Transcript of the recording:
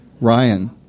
Ryan